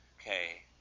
Okay